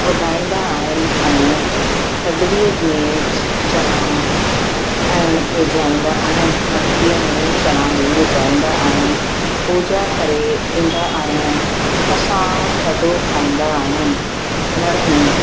ॿुधाईंदा आहिनि ऐं थदड़ी में चणा ऐं विझाईंदा आहिनि मटकीअ में चणा बि विझाईंदा आहिनि पूजा करे ईंदा आहियूं असां थधो खाईंदा आहियूं घर में